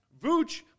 Vooch